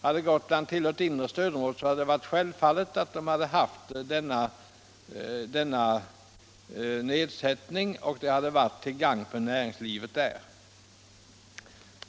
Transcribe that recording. Om Gotland tillhört inre stödområdet hade man där självfallet fått avgiften nedsatt, vilket varit till gagn för näringslivet.